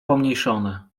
pomniejszone